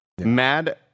Mad